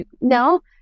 No